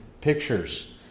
pictures